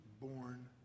born